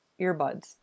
earbuds